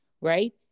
right